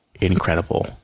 incredible